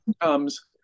comes